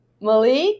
Malik